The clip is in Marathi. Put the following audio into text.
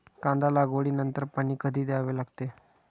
कांदा लागवडी नंतर पाणी कधी द्यावे लागते?